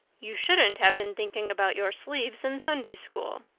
you shouldn't have been thinking about your sleeves in sunday school.